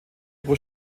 pro